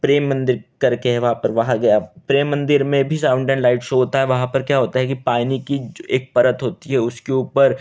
प्रेम मंदिर करके है वहाँ पर वहाँ गया प्रेम मंदिर में भी साउंड एंड लाइट शो होता है वहाँ पर क्या होता है कि पानी कि एक परत होती है उसके ऊपर